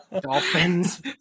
dolphins